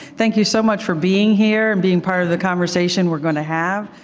thank you so much for being here, being part of the conversation we're going to have.